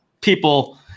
people –